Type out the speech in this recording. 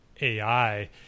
AI